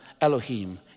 Elohim